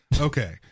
Okay